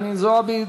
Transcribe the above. חנין זועבי,